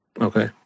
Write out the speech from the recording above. Okay